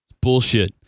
Bullshit